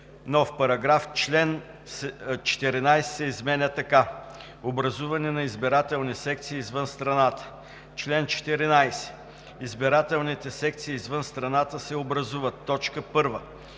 нов §…„§... Член 14 се изменя така: „Образуване на избирателни секции извън страната Чл. 14. Избирателните секции извън страната се образуват: 1. където